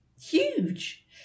Huge